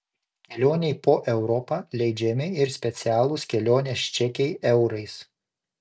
kelionei po europą leidžiami ir specialūs kelionės čekiai eurais